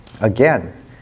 again